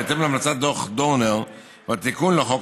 בהתאם להמלצות דוח דורנר והתיקון לחוק